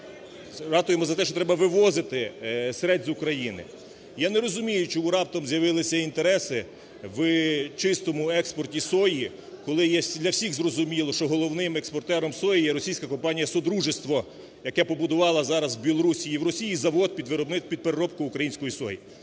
ратуємо за те, що треба вивозити сирець з України. Я не розумію, чому раптом з'явилися інтереси в чистому експорті сої, коли є для всіх зрозуміло, що головним експортером сої є російська компанія "Содружество", яка побудувала зараз в Білорусі і в Росії завод під переробку української сої.